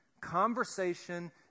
conversation